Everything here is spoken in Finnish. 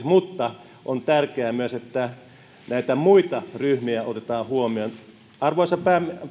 mutta on tärkeää myös että näitä muita ryhmiä otetaan huomioon arvoisa